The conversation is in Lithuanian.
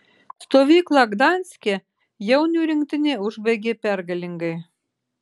stovyklą gdanske jaunių rinktinė užbaigė pergalingai